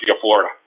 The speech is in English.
Florida